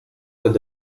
with